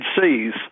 Seas